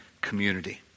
community